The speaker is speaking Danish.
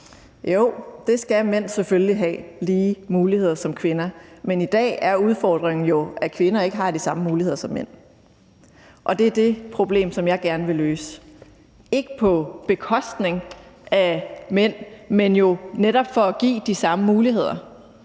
Jo, det skal mænd selvfølgelig have: lige muligheder ligesom kvinder. Men i dag er udfordringen jo, at kvinder ikke har de samme muligheder som mænd. Det er det problem, som jeg gerne vil løse, ikke på bekostning af mænd, men jo netop for at give de samme muligheder.